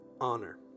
honor